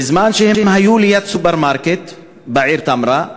בזמן שהם היו ליד סופרמרקט בעיר תמרה.